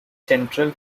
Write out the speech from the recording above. central